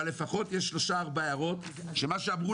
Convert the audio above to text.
אבל לפחות יש שלוש ארבע הערות שלגביהן אמרו